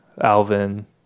Alvin